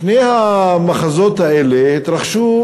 שני המחזות האלה התרחשו,